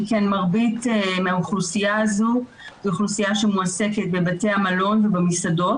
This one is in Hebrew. שכן מרבית מהאוכלוסייה הזאת מועסקת בבתי מלון ובמסעדות.